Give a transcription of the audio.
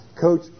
Coach